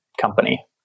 company